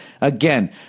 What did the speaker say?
Again